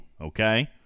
okay